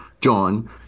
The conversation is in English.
John